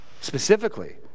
Specifically